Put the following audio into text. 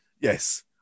Yes